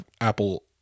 Apple